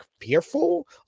fearful